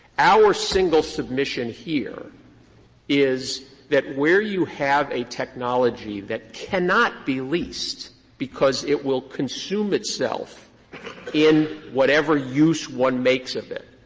our single submission here is that where you have a technology that cannot be leased because it will consume itself in whatever use one makes of it,